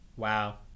wow